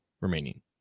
Remaining